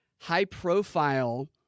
high-profile